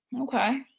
Okay